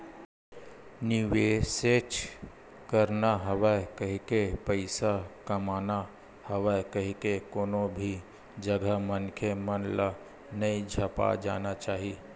निवेसेच करना हवय कहिके, पइसाच कमाना हवय कहिके कोनो भी जघा मनखे मन ल नइ झपा जाना चाही